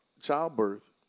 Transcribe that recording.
Childbirth